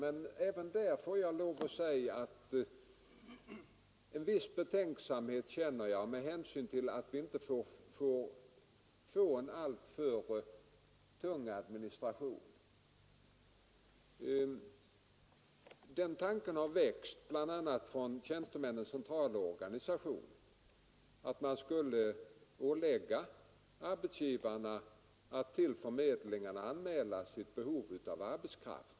Men även där hyser jag en viss betänksamhet, med hänsyn till att vi inte bör göra administrationen alltför tungrodd. Man har bl.a. från Tjänstemännens centralorganisation föreslagit att arbetsgivarna skulle åläggas att till förmedlingarna anmäla sitt behov av arbetskraft.